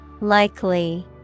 Likely